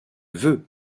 veux